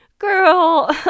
girl